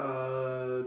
uh